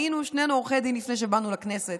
היינו שנינו עורכי דין לפני שבאנו לכנסת,